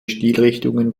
stilrichtungen